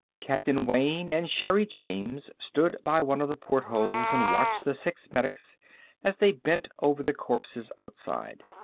captain wayne and sherri james stood by one of the portholes and watched the six medics as they bent over the corpses outside.